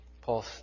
Paul